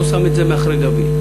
לא שם את זה מאחורי גבי.